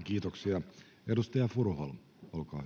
[Speech 96] Speaker: Jussi Halla-aho